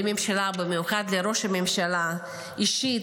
לממשלה, במיוחד לראש הממשלה אישית: